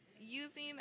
using